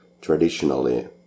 traditionally